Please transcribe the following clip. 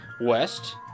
West